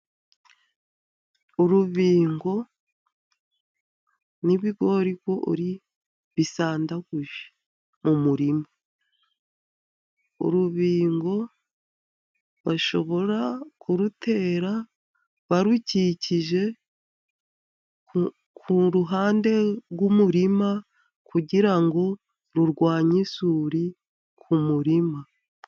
Urubingo n'ibigorigori bisandaguje mu murima, urubingo bashobora kurutera barukikije k'uruhande rw'umurima , kugirango rurwanye isuri ku murima.